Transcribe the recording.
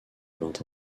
vingt